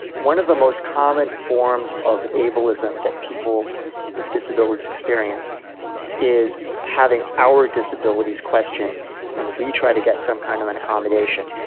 one of the most common forms of ableism that people with disabilities experience is having our disabilities questioned when we try to get some kind of an accommodation.